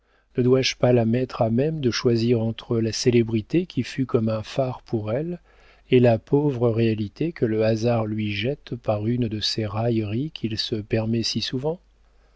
ne dois-je pas la mettre à même de choisir entre la célébrité qui fut comme un phare pour elle et la pauvre réalité que le hasard lui jette par une de ces railleries qu'il se permet si souvent